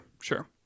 sure